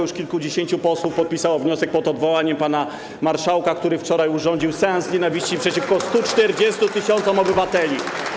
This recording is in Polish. Już kilkudziesięciu posłów podpisało się pod wnioskiem o odwołanie pana marszałka, który wczoraj urządził seans nienawiści przeciwko 140 tys. obywateli.